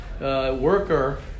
worker